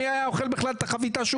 מי בכלל היה אוכל את החביתה שהוא מכין.